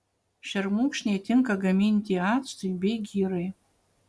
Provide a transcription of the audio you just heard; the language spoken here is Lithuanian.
šermukšniai tinka gaminti actui bei girai